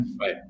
Right